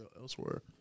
elsewhere